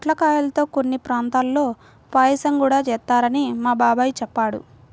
పొట్లకాయల్తో కొన్ని ప్రాంతాల్లో పాయసం గూడా చేత్తారని మా బాబాయ్ చెప్పాడు